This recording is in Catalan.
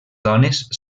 dones